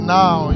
now